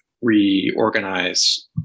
reorganize